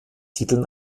titeln